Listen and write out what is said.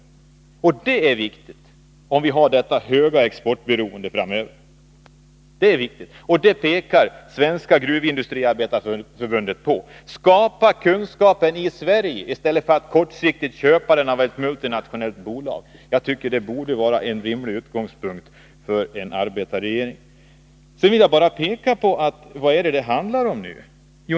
Och det är viktigt, om vi har detta höga exportberoende framöver. Det påpekar också Svenska gruvindustriarbetareförbundet. Skapa kunskapen i Sverige i stället för att kortsiktigt köpa den av multinationella bolag! Jag tycker det borde vara en rimlig utgångspunkt för en arbetarregering. Vad handlar det om nu?